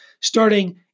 Starting